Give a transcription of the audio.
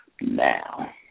now